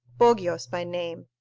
pogyos by name.